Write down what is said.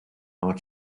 are